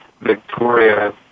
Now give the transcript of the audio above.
victoria